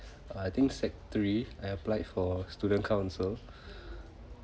I think sec three I applied for student council